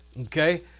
Okay